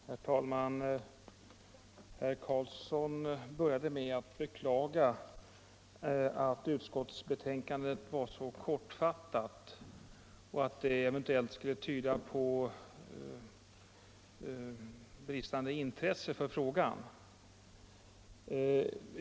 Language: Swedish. Herr talman! Herr Carlsson i Vikmanshyttan började sitt anförande med att beklaga att utskottsbetänkandet var så kortfattat. Detta skulle eventuellt tyda på bristande intresse för frågan.